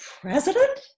president